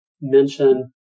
mention